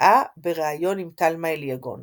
התבטאה בריאיון עם תלמה אליגון